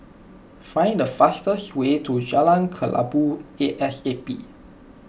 find the fastest way to Jalan Kelabu A S A P